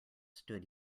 stood